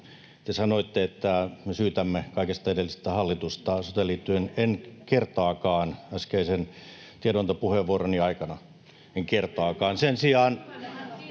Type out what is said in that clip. te sanoitte, että me syytämme kaikesta edellistä hallitusta soteen liittyen — en kertaakaan äskeisen tiedontopuheenvuoroni aikana, en kertaakaan.